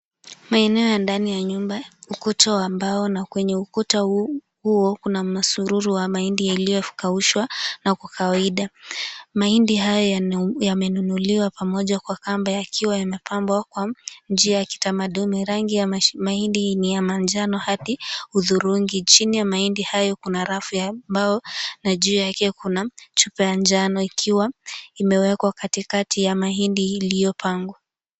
Maeneo ya ndani ya nyumba. Ukuta wa mbao na kwenye ukuta huo kuna masururu ya mahindi yaliyokaushwa na kwa kawaida mahindi haya yamenunuliwa pamoja kwa kamba yakiwa yamepangwa kwa njia ya kitamaduni. Rangi ya mahindi ni ya manjano hadi hudhurungi. Chini ya mahindi hayo kuna rafu ya mbao na juu yake kuna chupa ya njano ikiwa imewekwa katikati ya mahindi iliyopangwa.